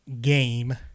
game